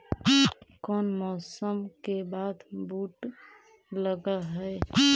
कोन मौसम के बाद बुट लग है?